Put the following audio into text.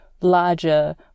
larger